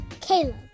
Caleb